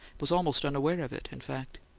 was almost unaware of it, in fact.